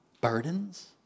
burdens